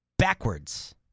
Backwards